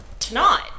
Tonight